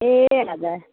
ए हजुर